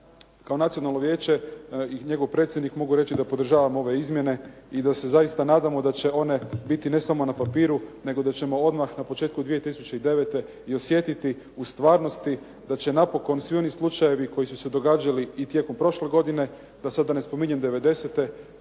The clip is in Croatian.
kao Nacionalno vijeće i njegov predsjednik mogu reći da podržavam ove izmjene i da se nadam zaista da će one biti ne samo na papiru, nego da ćemo odmah na početku 2009. i osjetiti u stvarnosti da će napokon svi oni slučajevi koji su se događali i tijekom prošle godine, da sada ne spominjem